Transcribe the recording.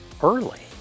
early